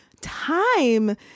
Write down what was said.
time